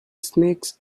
snakes